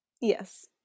yes